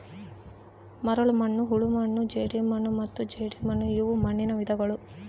ಮರಳುಮಣ್ಣು ಹೂಳುಮಣ್ಣು ಜೇಡಿಮಣ್ಣು ಮತ್ತು ಜೇಡಿಮಣ್ಣುಇವು ಮಣ್ಣುನ ವಿಧಗಳು